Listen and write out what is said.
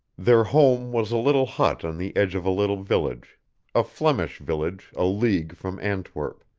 their home was a little hut on the edge of a little village a flemish village a league from antwerp,